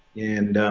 and.